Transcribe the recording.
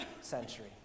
century